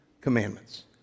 commandments